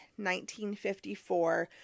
1954